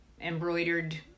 embroidered